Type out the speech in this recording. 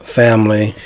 family